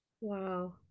Wow